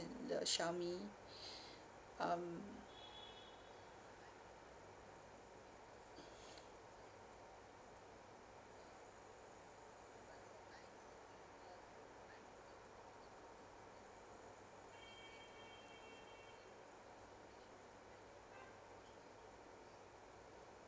the xiaomi um